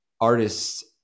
artists